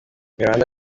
miranda